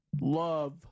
Love